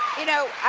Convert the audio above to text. you know,